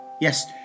Yes